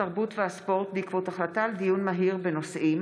התרבות והספורט בעקבות דיון מהיר בהצעתם